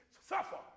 Suffer